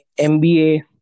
MBA